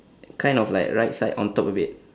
kind of like right side on top a bit